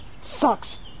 sucks